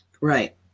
Right